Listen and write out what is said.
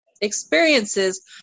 experiences